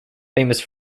famous